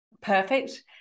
perfect